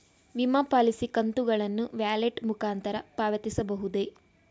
ವಿಮಾ ಪಾಲಿಸಿ ಕಂತುಗಳನ್ನು ವ್ಯಾಲೆಟ್ ಮುಖಾಂತರ ಪಾವತಿಸಬಹುದೇ?